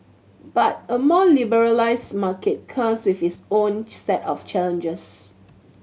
but a more liberalised market comes with its own set of challenges